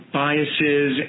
biases